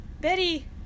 Betty